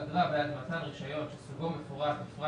אגרה בעד מתן רישיון שסוגו מפורט בפרט